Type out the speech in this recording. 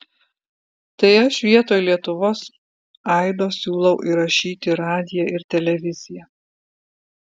tai aš vietoj lietuvos aido siūlau įrašyti radiją ir televiziją